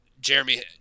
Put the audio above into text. Jeremy